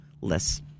less